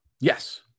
Yes